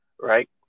right